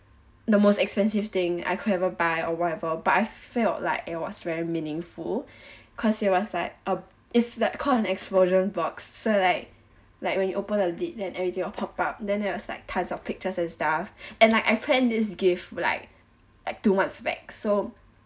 the most expensive thing I could ever buy or whatever but I felt like it was very meaningful cause it was like uh is a kind of an explosion box so like like when you open a lid and everything will pop up then it was like tons of pictures and stuff and I plan this gift like like two months back so